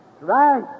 Right